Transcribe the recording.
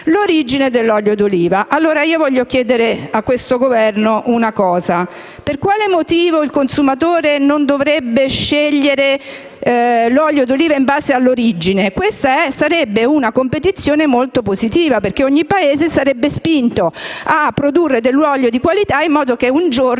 l'origine dell'olio di oliva. Vorrei allora chiedere a questo Governo per quale motivo il consumatore non dovrebbe scegliere l'olio d'oliva in base all'origine. Questa sarebbe una competizione molto positiva, perché ogni Paese sarebbe spinto a produrre dell'olio di qualità, in modo che un giorno